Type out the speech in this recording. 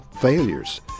failures